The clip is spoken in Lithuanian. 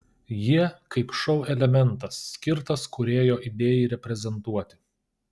jie kaip šou elementas skirtas kūrėjo idėjai reprezentuoti